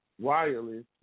wireless